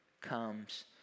comes